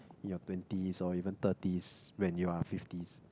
you're twenties or even thirties when you are fifties